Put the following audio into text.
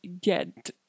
get